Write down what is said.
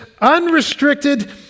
unrestricted